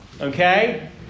okay